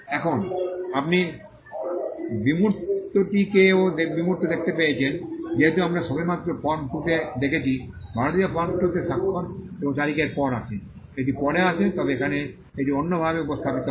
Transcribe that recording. এখন আপনি বিমূর্তটিকেও বিমূর্ত দেখতে পেয়েছেন যেহেতু আমরা সবেমাত্র ফর্ম 2 তে দেখেছি ভারতীয় ফর্ম 2 তে স্বাক্ষর এবং তারিখের পরে আসে এটি পরে আসে তবে এখানে এটি অন্যভাবে উপস্থাপিত হয়